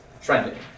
trending